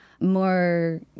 more